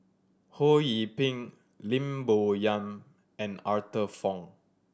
Ho Yee Ping Lim Bo Yam and Arthur Fong